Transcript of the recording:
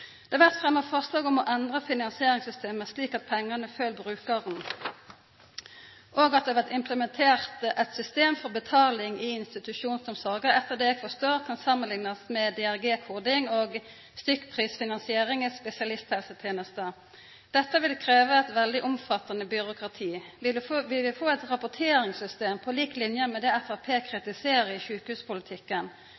Det blir fremma forslag om å endra finansieringssystemet slik at pengane følgjer brukaren, og at det blir implementert eit system for betaling i institusjonsomsorga, som, etter det eg forstår, kan samanliknast med DRG-koding og stykkprisfinansiering i spesialisthelsetenesta. Dette vil krevja eit veldig omfattande byråkrati. Vi vil få eit rapporteringssystem på lik linje med det